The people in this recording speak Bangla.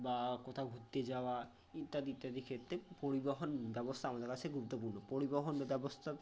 বা কোথাও ঘুরতে যাওয়া ইত্যাদি ইত্যাদি ক্ষেত্রে পরিবহন ব্যবস্থা আমাদের কাছে গুরুত্বপূর্ণ পরিবহন ব্যবস্থা